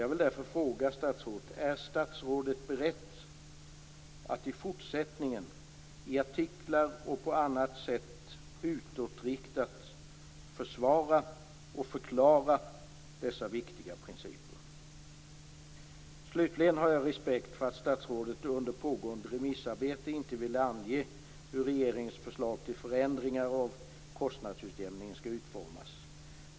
Jag vill därför fråga statsrådet: Är statsrådet beredd att i fortsättningen i artiklar och på annat sätt utåtriktat försvara och förklara dessa viktiga principer? Jag har respekt för att statsrådet under ett pågående remissarbete inte vill ange hur regeringens förslag till förändringar av kostnadsutjämning skall utformas.